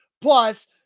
plus